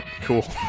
cool